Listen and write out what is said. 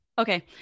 Okay